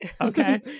Okay